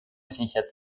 richard